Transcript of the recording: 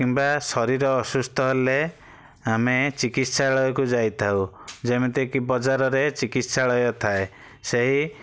କିମ୍ବା ଶରୀର ଅସୁସ୍ଥ ହେଲେ ଆମେ ଚିକିତ୍ସାଳୟକୁ ଯାଇଥାଉ ଯେମିତିକି ବଜାରରେ ଚିକିତ୍ସାଳୟ ଥାଏ ସେଇ